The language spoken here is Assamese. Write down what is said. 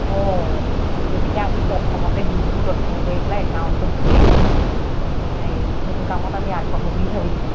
অ গতিকে আমি প্ৰথমতে গ্ৰুপটো গঠন কৰি পেলাই একাউণ্টটো খুলি হেৰি সেইটো কামত আমি আগবাঢ়ো বুলি ভাবিছোঁ